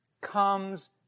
comes